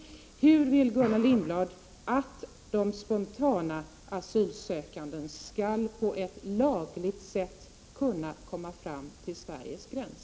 Hur vill Gullan Lindblad att de spontana asylsökande skall på ett lagligt sätt kunna komma fram till Sveriges gräns?